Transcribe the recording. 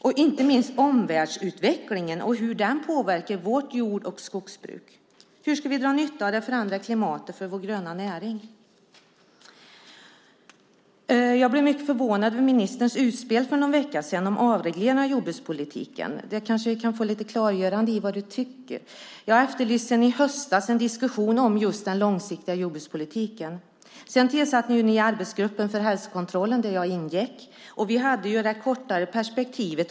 Inte minst gäller det också omvärldsutvecklingen och hur den påverkar vårt jord och skogsbruk. Hur ska vi dra nytta av det förändrade klimatet med tanke på vår gröna näring? Jag blev mycket förvånad över ministerns utspel för någon vecka sedan om en avreglering av jordbrukspolitiken. Kanske kan vi få ett litet klargörande om vad du tycker. Sedan i höstas efterlyser jag en diskussion om just den långsiktiga jordbrukspolitiken. Sedan har ni tillsatt en arbetsgrupp för hälsokontroll där jag ingick. Vi hade där det kortare perspektivet.